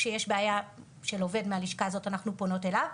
כשיש בעיה של עובד מהלשכה הזאת אנחנו פונות אליו,